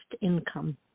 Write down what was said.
income